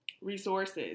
resources